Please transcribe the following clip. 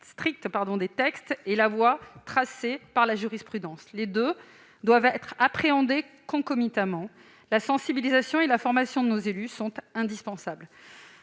stricte des textes et la voie tracée par la jurisprudence. Les deux doivent être appréhendés concomitamment. La sensibilisation et la formation de nos élus sont donc indispensables.